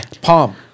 palm